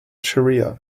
shariah